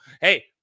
hey